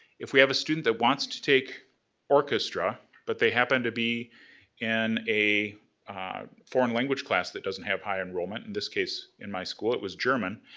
if we had a student that wants to take orchestra, but they happen to be in a foreign language class that doesn't have high enrollment, in this case, in my school it was german,